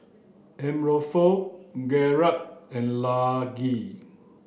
Arnulfo Garret and Laci